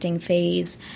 phase